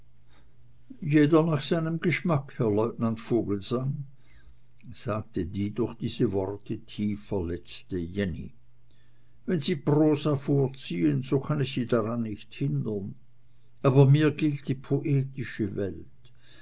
jeder nach seinem geschmack herr lieutenant vogelsang sagte die durch diese worte tief verletzte jenny wenn sie prosa vorziehen so kann ich sie daran nicht hindern aber mir gilt die poetische welt